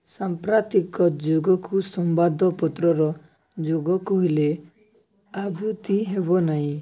ସାମ୍ପ୍ରତିକ ଯୁଗକୁ ସମ୍ବାଦପତ୍ରର ଯୁଗ କହିଲେ ଆଭୃତି ହେବ ନାହିଁ